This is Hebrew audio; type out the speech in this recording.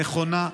נכונה,